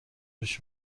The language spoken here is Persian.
پیش